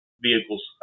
vehicles